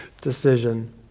decision